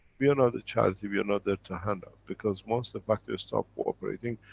we are not a charity, we are not there to hand out, because once the factories start cooperating,